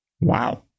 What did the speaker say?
Wow